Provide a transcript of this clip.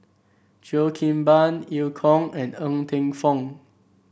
Cheo Kim Ban Eu Kong and Ng Teng Fong